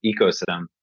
ecosystem